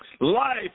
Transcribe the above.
Life